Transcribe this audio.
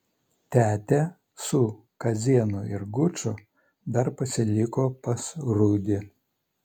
tetė su kazėnu ir guču dar pasiliko pas rūdį